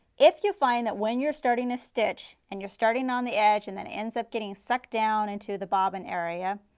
if you find that when you are starting to stitch, and you are starting on the edge and then ends up getting sucked down into the bobbin area,